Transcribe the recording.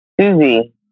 Susie